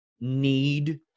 need